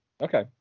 Okay